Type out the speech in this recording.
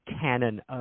canon